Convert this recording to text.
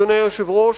אדוני היושב-ראש,